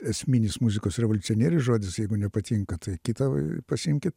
esminis muzikos revoliucionierius žodis jeigu nepatinka tai kitą pasiimkit